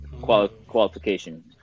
qualification